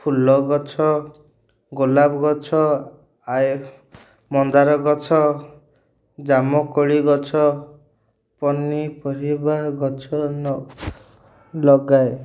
ଫୁଲ ଗଛ ଗୋଲାପ ଗଛ ମନ୍ଦାର ଗଛ ଜାମୁକୋଳି ଗଛ ପନିପରିବା ଗଛ ଲଗାଏ